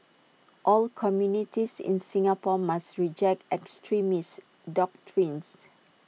all communities in Singapore must reject extremist doctrines